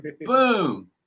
boom